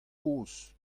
kozh